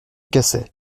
cassait